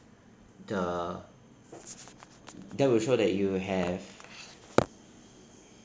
the that will show that you have